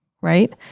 right